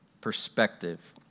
perspective